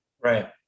right